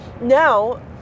Now